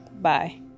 Bye